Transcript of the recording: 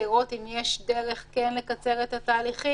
לראות אם כן יש דרך לקצר את התהליכים,